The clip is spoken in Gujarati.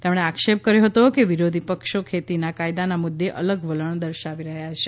તેમણે આક્ષેપ કર્યો હતો કે વિરોધી પક્ષો ખેતીના કાયદાના મ્દ્દે અલગ વલણ દર્શાવી રહ્યા છે